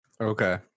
Okay